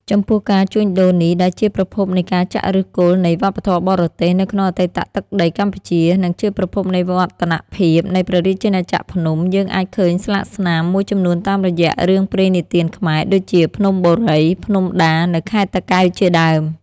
ចំពោះការ ជួញដូរនេះដែរជាប្រភពនៃការចាក់ឫសគល់នៃ វប្បធម៌បរទេស នៅក្នុងអតីតទឹកដី កម្ពុជា និងជាប្រភពនៃវឌ្ឍនភាពនៃព្រះរាជាណាចក្រភ្នំ យើងអាចឃើញស្លាកស្នាម មួយចំនួនតាមរយៈ រឿងព្រេងនិទានខ្មែរ ដូចជាភ្នំបូរី ភ្នំដានៅខេត្តតាកែវជាដើម ។